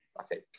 Okay